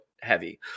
heavy